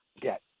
get